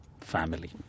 family